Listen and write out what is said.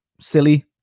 silly